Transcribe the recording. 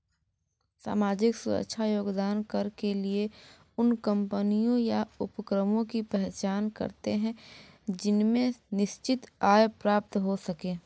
सामाजिक सुरक्षा योगदान कर के लिए उन कम्पनियों या उपक्रमों की पहचान करते हैं जिनसे निश्चित आय प्राप्त हो सके